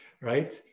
right